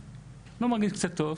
לא מרגיש קצת טוב,